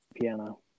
piano